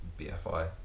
BFI